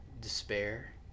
despair